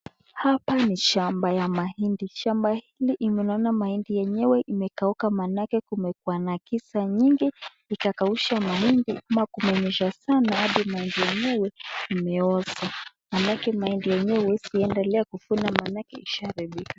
Hapa ni shamba ya mahindi .Shamba hili yenyewe imekauka maanake kumekuwa na kisa mingi hadi kumenyesha sana hadi mahindi yenyewe imeoza . Maanake mahindi yenyewe usiendelee kufuna maanake ishaharibika.